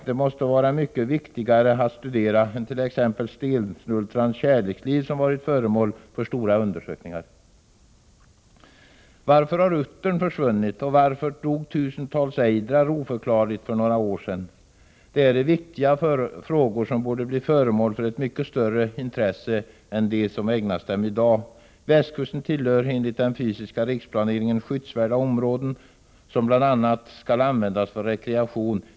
Det måste vara mycket viktigare att studera än t.ex. stensnultrans kärleksliv, som varit föremål för stora undersökningar. Varför har uttern försvunnit, och varför dog tusentals ejdrar oförklarligt för några år sedan? Det här är viktiga frågor, som borde bli föremål för ett mycket större intresse än det som ägnas dem i dag. Västkusten tillhör enligt den fysiska riksplaneringen de skyddsvärda områden som bl.a. skall användas för rekreation.